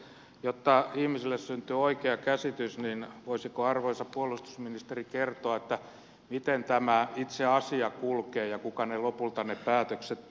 jotta ihmisille syntyy oikea käsitys niin voisiko arvoisa puolustusministeri kertoa miten tämä itse asia kulkee ja kuka lopulta ne päätökset tekee